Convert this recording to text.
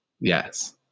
Yes